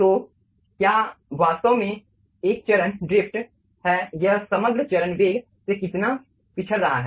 तो क्या वास्तव में 1 चरण ड्रिफ्ट है यह समग्र चरण वेग से कितना पिछड़ रहा है